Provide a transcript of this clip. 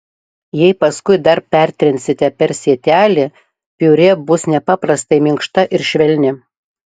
jei paskui dar pertrinsite per sietelį piurė bus nepaprastai minkšta ir švelni